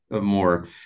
more